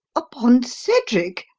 upon cedric!